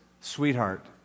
Sweetheart